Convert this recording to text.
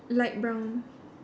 light brown